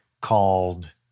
called